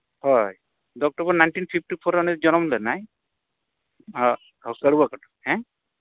ᱦᱳᱭ ᱫᱳ October nineteen fifty four ᱨᱮ ᱩᱱᱤ ᱫᱚ ᱡᱚᱱᱚᱢ ᱞᱮᱱᱟᱭ ᱟᱨ ᱠᱟᱹᱲᱣᱟᱹᱠᱟᱴᱟ ᱦᱮᱸ